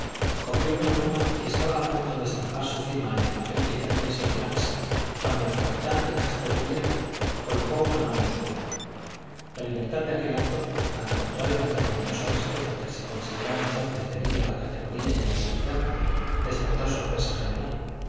cogió una pluma y estaba a punto de estampar su firma en el papel que yacía sobre la mesa cuando el capitán de castle wílliam colocó una mano en su hombro la libertad de aquel acto tan contrario al ceremonioso respeto que se consideraba entonces debido a la categoría y a la dignidad despertó sorpresa general